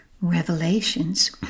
revelations